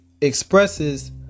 expresses